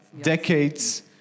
decades